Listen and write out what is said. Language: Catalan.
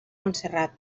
montserrat